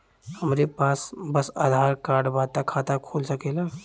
हमरे पास बस आधार कार्ड बा त खाता खुल सकेला?